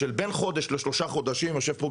של בין חודש לשלושה חודשים.